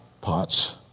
pots